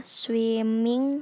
swimming